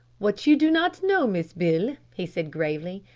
what you do not know, miss beale, he said gravely,